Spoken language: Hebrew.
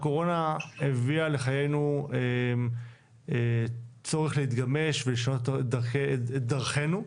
הקורונה הביאה לחיינו צורך להתגמש ולשנות את דרכינו.